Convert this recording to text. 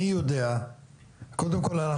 קודם כל,